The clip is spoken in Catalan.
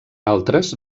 altres